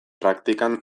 praktikan